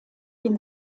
dem